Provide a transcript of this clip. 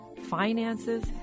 finances